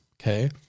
Okay